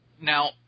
Now